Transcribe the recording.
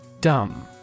Dumb